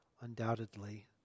undoubtedly